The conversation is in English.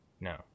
No